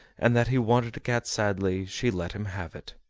and that he wanted a cat sadly, she let him have it.